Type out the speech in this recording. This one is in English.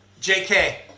JK